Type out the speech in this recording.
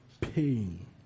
pain